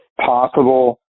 possible